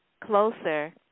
Closer –